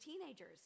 teenagers